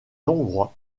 hongrois